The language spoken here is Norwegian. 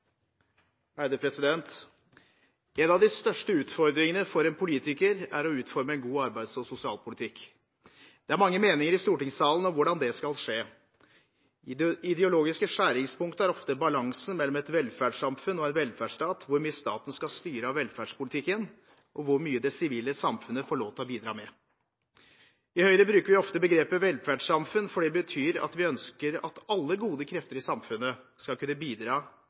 å utforme en god arbeids- og sosialpolitikk. Det er mange meninger i stortingssalen om hvordan det skal skje. I det ideologiske skjæringspunktet er ofte balansen mellom et velferdssamfunn og en velferdsstat hvor mye staten skal styre av velferdspolitikken, og hvor mye det sivile samfunnet får lov til å bidra med. I Høyre bruker vi ofte begrepet «velferdssamfunn» fordi det betyr at vi ønsker at alle gode krefter i samfunnet skal kunne bidra